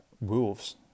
wolves